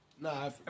Nah